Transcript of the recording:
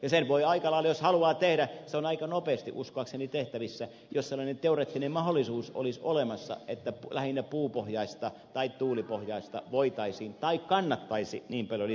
ja se on jos haluaa tehdä aika lailla nopeasti uskoakseni tehtävissä jos sellainen teoreettinen mahdollisuus olisi olemassa että lähinnä puupohjaista tai tuulipohjaista voitaisiin tai kannattaisi niin paljon lisää ottaa